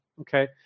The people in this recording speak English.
Okay